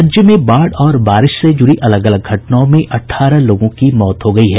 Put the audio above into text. राज्य में बाढ़ और वर्षा से जुड़ी अलग अलग घटनाओं में अठारह लोगों की मौत हो गयी है